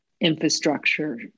infrastructure